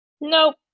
Nope